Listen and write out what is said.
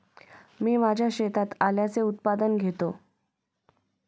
मी माझ्या शेतात आल्याचे उत्पादन घेतो